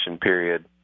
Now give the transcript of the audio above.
period